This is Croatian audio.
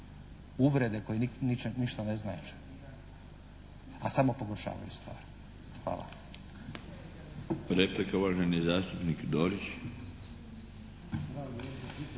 Uvrede koje ništa ne znače, a samo pogoršavaju stvar. Hvala.